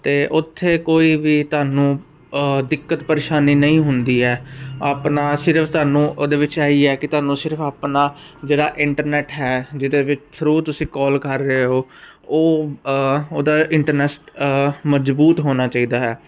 ਤੇ ਉੱਥੇ ਕੋਈ ਵੀ ਤੁਹਾਨੂੰ ਦਿੱਕਤ ਪਰੇਸ਼ਾਨੀ ਨਹੀਂ ਹੁੰਦੀ ਹੈ ਆਪਣਾ ਸਿਰਫ ਤੁਹਾਨੂੰ ਉਹਦੇ ਵਿੱਚ ਇਹੀ ਹੈ ਕਿ ਤੁਹਾਨੂੰ ਸਿਰਫ ਆਪਣਾ ਜਿਹੜਾ ਇੰਟਰਨੈਟ ਹੈ ਜਿਹਦੇ ਵਿੱਚ ਥਰੂ ਤੁਸੀਂ ਕਾਲ ਕਰ ਰਹੇ ਹੋ ਉਹ ਉਹਦਾ ਇੰਟਰਨੈਸ਼ਨਲ ਮਜਬੂਤ ਹੋਣਾ ਚਾਹੀਦਾ ਹੈ